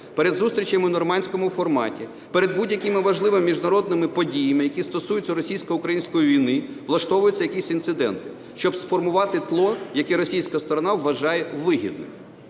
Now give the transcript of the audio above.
перед зустрічами у Нормандському форматі, перед будь-якими важливими міжнародними подіями, які стосуються російсько-української війни, влаштовується якийсь інцидент, щоб сформувати тло, яке російська сторона вважає вигідним.